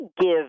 give